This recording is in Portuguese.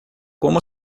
como